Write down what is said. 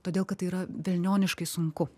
todėl kad tai yra velnioniškai sunku